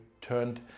turned